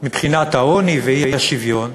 מבחינת העוני והאי-שוויון,